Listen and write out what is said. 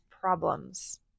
problems